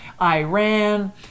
Iran